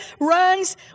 runs